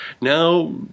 Now